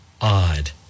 odd